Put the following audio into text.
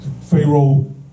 Pharaoh